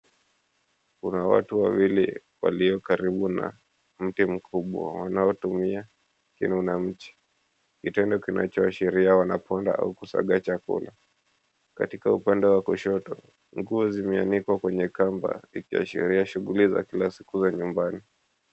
Kuna watu wawili waliokaribu na mti mkubwa wanaotumia kinu na mchi, kitendo kichoashiria wanabonda au kusiaga chakula. Katika upande wa kushoto nguo zimeanikwa kwenye kamba zikiashiria shughuli za kila siku za nyumbani.